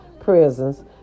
prisons